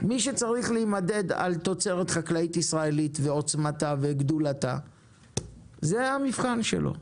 מי שצריך להימדד על תוצרת חקלאית ישראלית ועוצמתה וגדולתה זה המבחן שלו.